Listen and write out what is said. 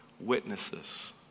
witnesses